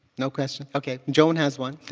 no questions? okay, joan has one.